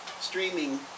streaming